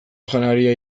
janaria